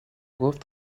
گفت